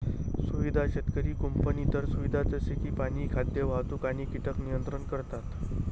सुविधा शेतकरी कुंपण इतर सुविधा जसे की पाणी, खाद्य, वाहतूक आणि कीटक नियंत्रण करतात